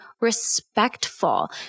respectful